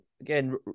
Again